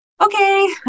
okay